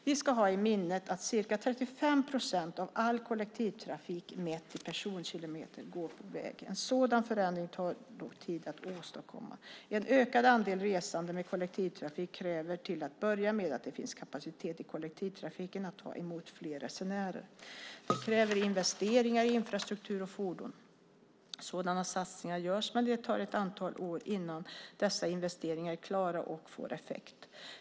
Vi ska ha i minnet att ca 35 procent av all kollektivtrafik mätt i personkilometer går på väg. En sådan förändring tar dock tid att åstadkomma. En ökad andel resande med kollektivtrafik kräver till att börja med att det finns kapacitet i kollektivtrafiken att ta emot fler resenärer. Det kräver investeringar i infrastruktur och fordon. Sådana satsningar görs, men det tar ett antal år innan dessa investeringar är klara och får effekt.